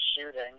shooting